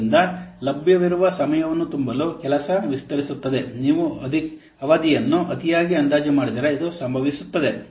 ಆದ್ದರಿಂದ ಲಭ್ಯವಿರುವ ಸಮಯವನ್ನು ತುಂಬಲು ಕೆಲಸ ವಿಸ್ತರಿಸುತ್ತದೆ ನೀವು ಅವಧಿಯನ್ನು ಅತಿಯಾಗಿ ಅಂದಾಜು ಮಾಡಿದರೆ ಇದು ಸಂಭವಿಸುತ್ತದೆ